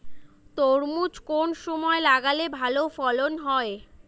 তরমুজ কোন সময় লাগালে ভালো ফলন হয়?